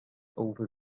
over